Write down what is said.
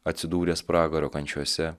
atsidūręs pragaro kančiose